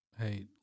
hey